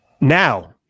Now